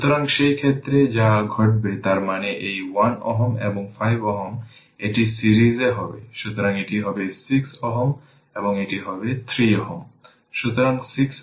সুতরাং এই ক্ষেত্রে যা ঘটবে তা হল মূলত 6 i2 2 i1 3 i 0 লুপ 2 এর জন্য এটি 6 i2 2 i1 3 i 0 এটি হল ইকুয়েশন 4